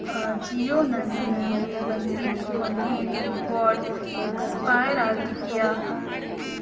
ಆಜಿಯೊನಲ್ಲಿ ನನಗೆ ಬಂದಿದ್ದ ಕೊನೆಯ ರಿವಾರ್ಡ್ ಎಕ್ಸ್ಪೈರ್ ಆಗಿದೆಯಾ